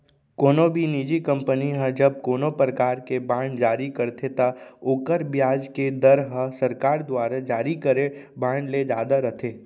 कोनो भी निजी कंपनी ह जब कोनों परकार के बांड जारी करथे त ओकर बियाज के दर ह सरकार दुवारा जारी करे बांड ले जादा रथे